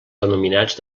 denominats